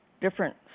different